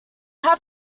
have